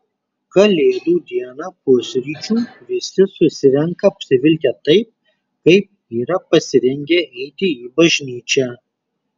kalėdų dieną pusryčių visi susirenka apsivilkę taip kaip yra pasirengę eiti į bažnyčią